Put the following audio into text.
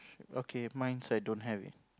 okay mine's I don't have it